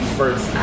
first